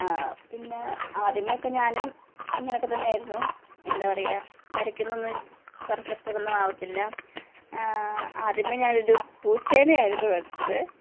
പിന്നെ ആദ്യമേ ഒക്കെ ഞാനും ഇങ്ങനെയൊക്കെ തന്നെ ആയിരുന്നു എന്താണ് പറയുക വരയ്ക്കുന്നതൊന്നും പെർഫെക്റ്റ് ഒന്നും ആവത്തില്ല ആദ്യമേ ഞാനൊരു പൂച്ചേനെ ആയിരുന്നു വരച്ചത്